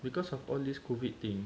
because of all this COVID thing